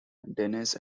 denis